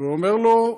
ואומר לו: